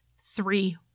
three